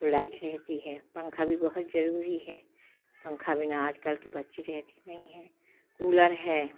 तो लाइट रहती है पंखा भी बहुत जरूरी हैं पंखा बिना आजकल के बच्चे रहते नहीं हैं कूलर है